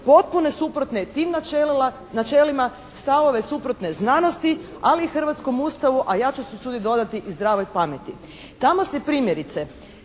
potpuno suprotne tim načelima, stavove suprotne znanosti, ali i hrvatskom Ustavu, a ja ću se usuditi dodati i zdravoj pameti. Tamo se primjerice